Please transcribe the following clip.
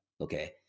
okay